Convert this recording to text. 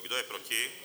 Kdo je proti?